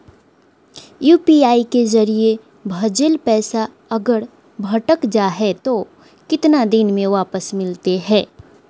UPI के जरिए भजेल पैसा अगर अटक जा है तो कितना दिन में वापस मिलते?